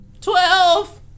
twelve